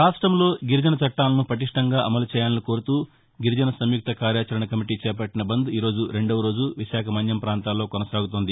రాష్ట్రంలో గిరిజన చట్టాలను పటిష్టంగా అమలు చేయాలని కోరుతూ గిరిజన సంయుక్త కార్యాచరణ కమిటీ చేపట్టిన బంద్ ఈ రోజు రెండో రోజు విశాఖ మన్యం పాంతాల్లో కొనసాగుతోంది